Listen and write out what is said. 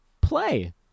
play